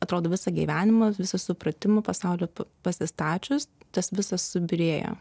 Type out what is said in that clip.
atrodo visą gyvenimą visą supratimą pasaulio pasistačius tas visas subyrėjo